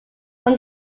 from